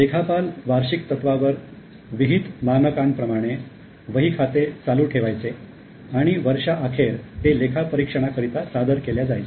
लेखापाल वार्षिक तत्वावर विहित मानकआनप्रमाणे वही खाते चालू ठेवायचे आणि वर्षाअखेर ते लेखापरीक्षणा करिता सादर केलेल्या जायचे